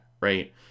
right